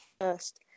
first